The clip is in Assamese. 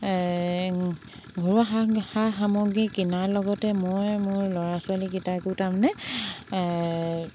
ঘৰুৱা সা সা সামগ্ৰী কিনাৰ লগতে মই মোৰ ল'ৰা ছোৱালীকেইটাকো তাৰমানে